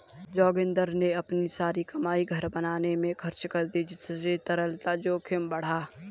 जोगिंदर ने अपनी सारी कमाई घर बनाने में खर्च कर दी जिससे तरलता जोखिम बढ़ा